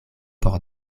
por